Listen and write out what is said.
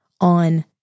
on